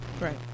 right